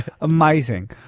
Amazing